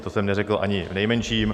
To jsem neřekl ani v nejmenším.